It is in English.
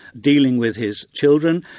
dealing with his children,